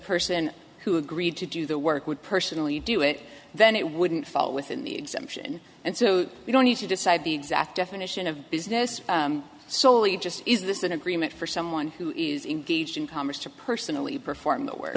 person who agreed to do the work would personally do it then it wouldn't fall within the exemption and so we don't need to decide the exact definition of business so it just is this an agreement for someone who is engaged in commerce to personally perform